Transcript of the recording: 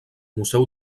museu